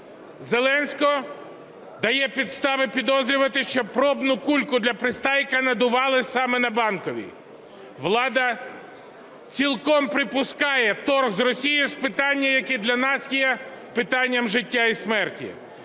Зеленського дає підстави підозрювати, що пробну кульку для Пристайка надували саме на Банковій. Влада цілком припускає торг з Росією з питання, яке для нас є питанням життя і смерті.